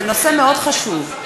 זה נושא מאוד חשוב.